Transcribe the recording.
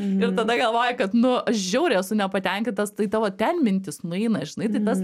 ir tada galvoji kad nu aš žiauriai esu nepatenkintas tai tavo ten mintys nueina žinai tai tas